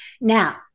Now